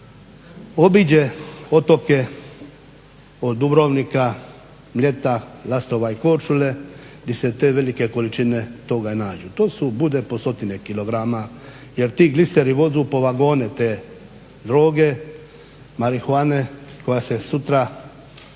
obiđe otoke od Dubrovnika, Mljeta, Lastova i Korčule di se te velike količine toga nađu. To su, bude po stotine kilograma, jer ti gliseri voze po vagone te droge, marihuane koja se sutra